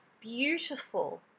beautiful